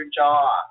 jaw